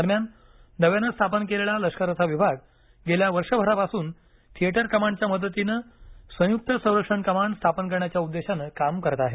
दरम्यान नव्यानं स्थापन केलेला लष्कराचा विभाग गेल्या वर्षभरापासून थिएटर कमांडच्या मदतीनं संयुक्त संरक्षण कमांड स्थापन करण्याच्या उद्देशानं काम करत आहे